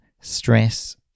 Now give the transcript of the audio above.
stress